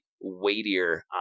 weightier